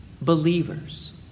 Believers